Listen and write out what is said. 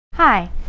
Hi